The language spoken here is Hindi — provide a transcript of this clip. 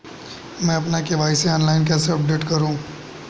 मैं अपना के.वाई.सी ऑनलाइन कैसे अपडेट करूँ?